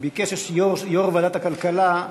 והבריאות נתקבלה.